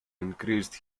increased